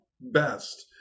best